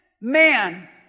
man